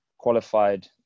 Qualified